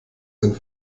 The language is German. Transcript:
sind